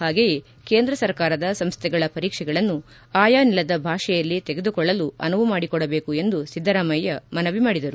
ಹಾಗೆಯೇ ಕೇಂದ್ರ ಸರ್ಕಾರದ ಸಂಸ್ಥೆಗಳ ಪರೀಕ್ಷೆಗಳನ್ನು ಆಯಾ ನೆಲದ ಭಾಷೆಯಲ್ಲಿ ತೆಗೆದುಕೊಳ್ಳಲು ಅನುವು ಮಾಡಿಕೊಡಬೇಕು ಎಂದು ಸಿದ್ದರಾಮಯ್ಯ ಮನವಿ ಮಾಡಿದರು